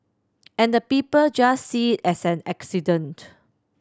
and the people just see it as an incident